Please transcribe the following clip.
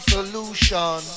Solution